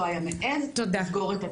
לא היה מעז לסגור את התיק.